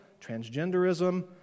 transgenderism